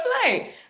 play